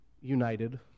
united